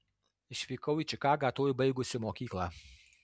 išvykau į čikagą tuoj baigusi mokyklą